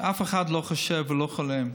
שאף אחד לא חושב ולא חולם,